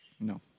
No